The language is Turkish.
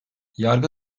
yargı